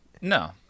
No